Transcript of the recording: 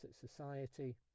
society